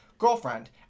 girlfriend